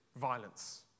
Violence